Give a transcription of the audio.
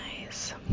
nice